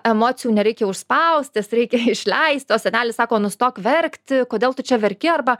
emocijų nereikia užspaust jas reikia išleist o senelis sako nustok verkti kodėl tu čia verki arba